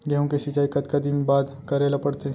गेहूँ के सिंचाई कतका दिन बाद करे ला पड़थे?